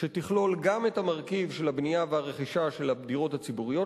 שתכלול גם את המרכיב של הבנייה והרכישה של הדירות הציבוריות